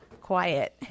quiet